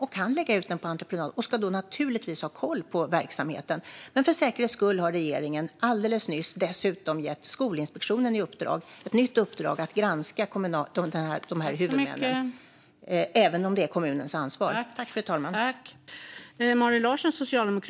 Man kan lägga ut den på entreprenad men ska då naturligtvis ha koll på verksamheten. Men för säkerhets skull har regeringen dessutom alldeles nyss gett Skolinspektionen ett nytt uppdrag att granska de här huvudmännen - även om det är kommunens ansvar.